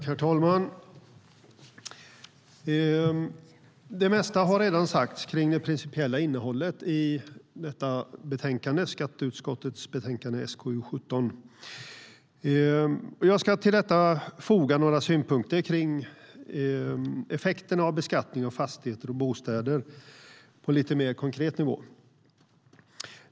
Herr talman! Det mesta har redan sagts om det principiella innehållet i skatteutskottets betänkande SkU17. Jag ska till detta foga några synpunkter på effekterna av beskattningen av fastigheter och bostäder på lite mer konkret nivå.